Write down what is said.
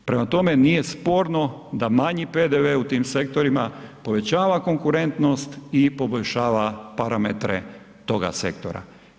Prema tome, nije sporno da manji PDV u tim sektorima povećava konkurentnost i poboljšava parametre toga sektora.